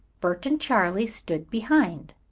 bert and charley stood behind.